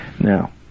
now